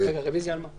רוויזיה על מה?